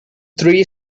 three